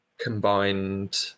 combined